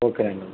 okay అండి